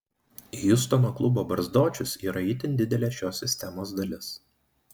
hjustono klubo barzdočius yra itin didelė šios sistemos dalis